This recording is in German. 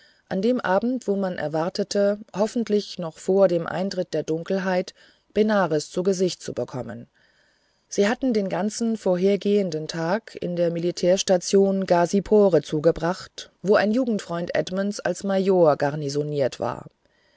an dem abend wo man erwartete hoffentlich noch vor dem eintritt der dunkelheit benares zu gesicht zu bekommen sie hatten den ganzen vorhergehenden tag in der militärstation ghazipore zugebracht wo ein jugendfreund edmunds als major garnisoniert war